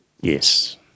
Yes